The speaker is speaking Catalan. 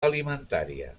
alimentària